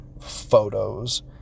photos